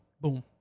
Boom